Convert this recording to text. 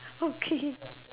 okay